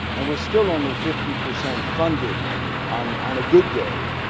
and we are still only fifty percent funded on on a good day,